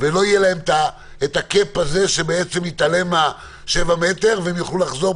ולא יהיה להן את הקאפ הזה שמתעלם מ-7 מטרים והן יוכלו לחזור,